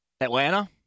Atlanta